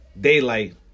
daylight